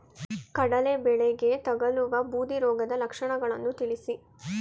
ಕಡಲೆ ಬೆಳೆಗೆ ತಗಲುವ ಬೂದಿ ರೋಗದ ಲಕ್ಷಣಗಳನ್ನು ತಿಳಿಸಿ?